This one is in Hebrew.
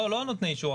לא, לא נותני האישור.